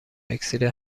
اکسیر